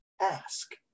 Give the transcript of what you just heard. ask